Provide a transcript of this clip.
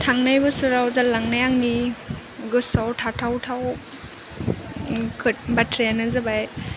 थांनाय बोसोराव जालांनाय आंनि गोसोआव थाथाव थाव बाथ्रायानो जाबाय